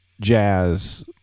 jazz